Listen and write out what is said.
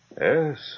Yes